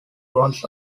bonds